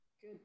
Good